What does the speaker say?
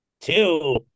two